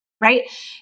Right